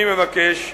אני מבקש,